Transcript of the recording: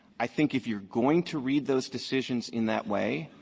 i think if you're going to read those decisions in that way,